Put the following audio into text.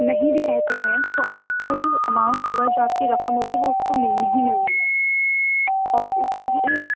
ںہیں بھی رہتے ہیں تو آپ کا جو اماؤنٹ ہوگا جو آپ کی رقم ہوگی وہ اس کو ملنی ہی ملنی ہے اور اس کو جو ایک